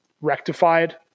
rectified